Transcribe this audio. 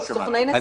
אליכם.